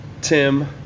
Tim